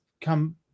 come